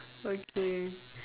okay